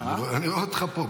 אני רואה אותך פה.